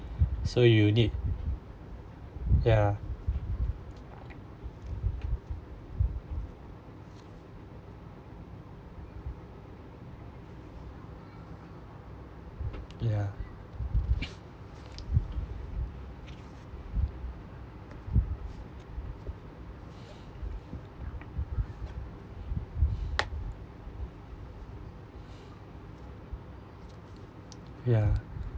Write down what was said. so you need ya ya ya